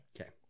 Okay